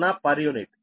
30 p